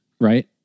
Right